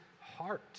heart